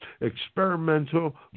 experimental